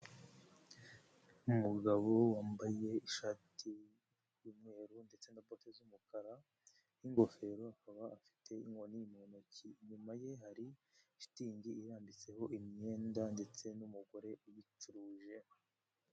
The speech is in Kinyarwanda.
Ni umugabo wambaye ishati y'umweru ndetse na bote z'umukara n'ingofero akaba afite inkoni mu ntoki, inyuma ye hari shitingi irambitseho imyenda ndetse n'umugore ubicuruje.